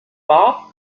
war